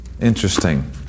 Interesting